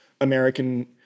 American